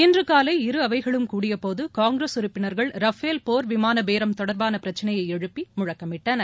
இன்று காலை இரு அவைகளும் கூடியபோது காங்கிரஸ் உறுப்பினர்கள் ரபேல் போர் விமான பேரம் தொடர்பான பிரச்சினையை எழுப்பி முழக்கமிட்டனர்